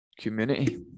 community